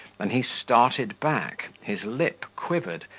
then he started back, his lip quivered,